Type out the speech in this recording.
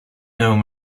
known